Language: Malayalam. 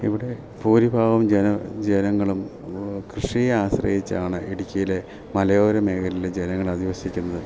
ഇവിടെ ഭൂരിഭാഗം ജനം ജനങ്ങളും കൃഷിയേ ആശ്രയിച്ചാണ് ഇടുക്കിയിലെ മലയോര മേഘലയിലെ ജനങ്ങൾ അദിവസിക്കുന്നത്